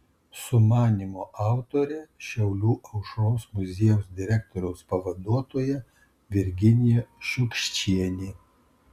sumanymo autorė šiaulių aušros muziejaus direktoriaus pavaduotoja virginija šiukščienė